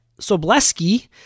Sobleski